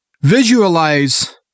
Visualize